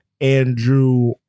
Andrew